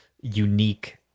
unique